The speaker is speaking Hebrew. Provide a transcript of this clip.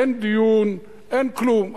אין דיון, אין כלום.